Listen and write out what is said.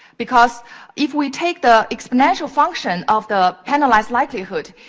because if we take the exponential function of the penalized likelihood,